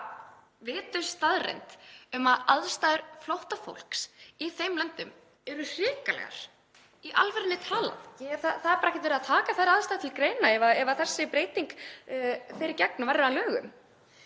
bara þekkt staðreynd að aðstæður flóttafólks í þeim löndum eru hrikalegar, í alvörunni talað. Það er ekki verið að taka þær aðstæður til greina ef þessi breyting fer í gegn og verður að lögum.